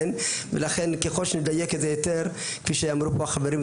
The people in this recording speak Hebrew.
לכן ככל שנדייק את זה יותר כפי שאמרו פה החברים,